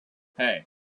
hey